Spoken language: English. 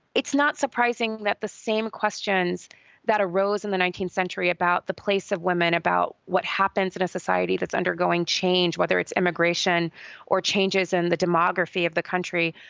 it's not surprising that the same questions that arose in nineteenth century about the place of women, about what happens in a society that's undergoing change, whether its immigration or changes in the demography of the country,